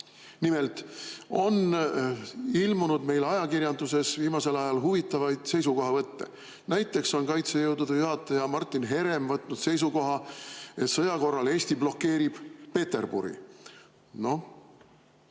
piirkonnas. Nimelt, meil ajakirjanduses on viimasel ajal ilmunud huvitavaid seisukohavõtte. Näiteks on kaitsejõudude juhataja Martin Herem võtnud seisukoha, et sõja korral Eesti blokeerib Peterburi. No